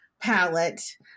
palette